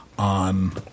on